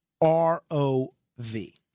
R-O-V